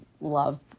love